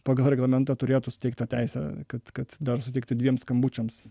pagal reglamentą turėtų suteikt tą teisę kad kad dar suteikti dviem skambučiams